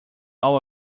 all